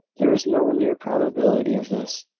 there was no near probability of this,